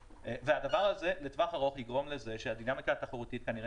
הדבר הזה לטווח ארוך יגרום לכך שהדינמיקה התחרותית כנראה